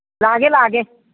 ꯂꯥꯛꯑꯒꯦ ꯂꯥꯛꯑꯒꯦ